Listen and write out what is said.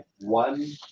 one